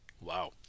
Wow